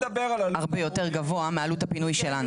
הרבה יותר גבוה מעלות הפינוי שלנו.